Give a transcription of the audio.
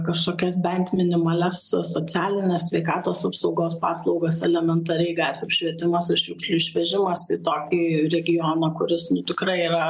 kažkokias bent minimalias so socialines sveikatos apsaugos paslaugas elementariai gatvių apšvietimas ir šiukšlių išvežimas į tokį regioną kuris nu tikrai yra